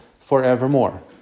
forevermore